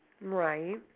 Right